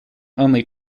only